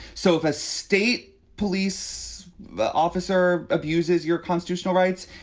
so if a state police but officer abuses your constitutional rights,